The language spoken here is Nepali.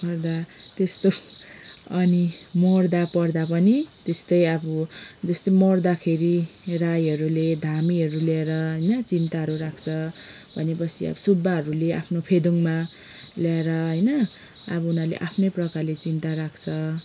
गर्दा त्यस्तो अनि मर्दा पर्दा पनि त्यस्तै अब जस्तै मर्दाखेरि राईहरूले धामीहरू ल्याएर होइन चिन्ताहरू राख्छ भने पछि अब सुब्बाहरूले आफ्नो फेदाङ्मा ल्याएर होइन अब उनीहरूले आफ्नै प्रकारले चिन्ता राख्छ